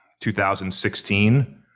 2016